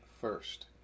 first